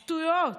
שטויות.